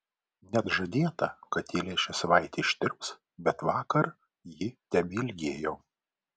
net žadėta kad eilė šią savaitę ištirps bet vakar ji tebeilgėjo